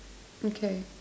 okay